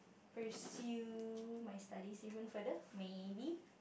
pursue my studies even further maybe